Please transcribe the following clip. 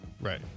Right